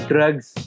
Drugs